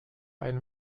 ein